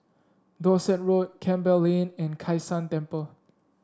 Dorset Road Campbell Lane and Kai San Temple